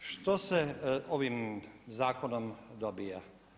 Što se ovim zakonom dobiva?